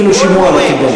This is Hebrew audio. אפילו שימוע לא קיבל.